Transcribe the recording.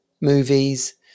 movies